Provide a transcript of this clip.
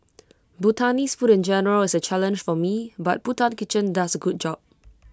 Bhutanese food in general is A challenge for me but Bhutan kitchen does A good job